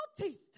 noticed